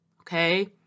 Okay